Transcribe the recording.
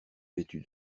vêtu